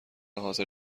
حاضر